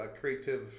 creative